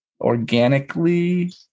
organically